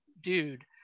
dude